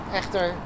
echter